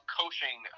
coaching